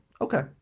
okay